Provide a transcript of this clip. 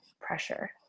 pressure